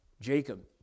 Jacob